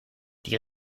die